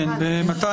תנאי (3)